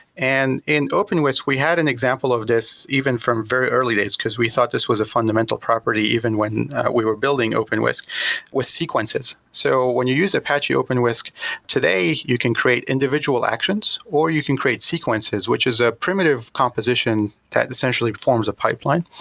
and in openwhisk we had an example of this even from very early days because we thought this was a fundamental property even when we were building openwhisk with sequences. so when you use apache openwhisk today, you can create individual actions or you can create sequences, which is a primitive composition that essentially forms a pipeline.